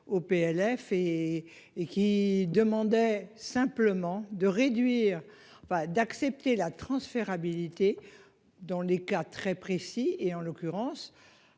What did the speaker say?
Au PLF et et qui demandait simplement de réduire va d'accepter la transférabilité dans les cas très précis et en l'occurrence.